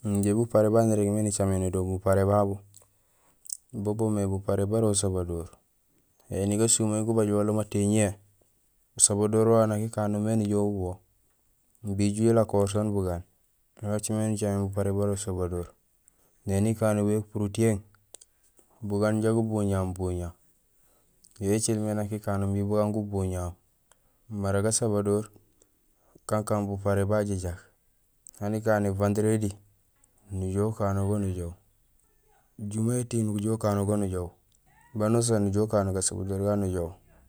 Injé buparé baan irégmé nicaméné do buparé babu bo boomé buparé bara usabadoor. Ēni gasumay gubajo wala matéñiyé, usabadoor wawu nak ikanomé nijoow bubo imbi iju ilakohoor siin bugaan, yo écimé nicaméén buparé bara usabadoor. Néni ikanogo ipuur tiyééŋ, bugaan inja gubuña aam buña, yo écilmé nak ékano imbi bugaan gubuñahoom mara gasabadoor kankaan buparé bajajaak, hani kané Vendredi, nujuhé ukano go nujoow. Juma étiiŋ nujuhé ukano go nujoow, banusaan nujuhé ukano go gasabadoor gagu nujoow.